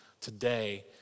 today